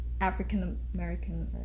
African-American